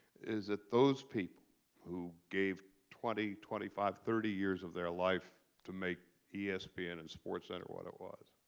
is that those people who gave twenty, twenty five, thirty years of their life to make yeah espn and sportscenter what it was,